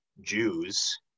Jews